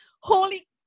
holy